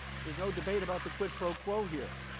there is no debate about the quid pro quo here.